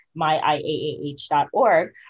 myiaah.org